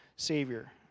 Savior